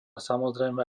samozrejme